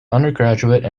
undergraduate